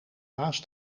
naast